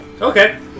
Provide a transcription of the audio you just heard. Okay